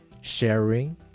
sharing